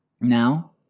Now